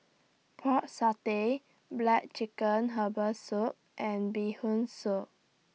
Pork Satay Black Chicken Herbal Soup and Bee Hoon Soup